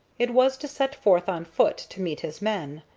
it was to set forth on foot to meet his men,